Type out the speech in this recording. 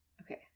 Okay